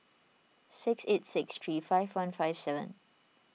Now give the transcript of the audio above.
six eight six three five one five seven